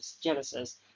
Genesis